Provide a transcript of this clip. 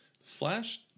Flash